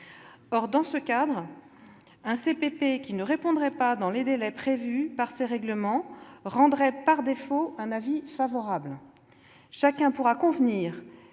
Or, dans ce cadre, un CPP qui ne répondrait pas dans les délais prévus par ces règlements rendrait par défaut un avis favorable. Chacun pourra convenir